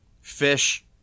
fish